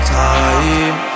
time